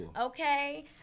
okay